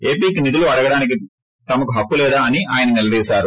ఏపీకి నిధులు అడగడానికి తమకు హక్కు లేదా అని ఆయన నిలదీశారు